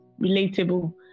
relatable